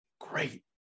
great